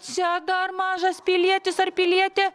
čia dar mažas pilietis ar pilietė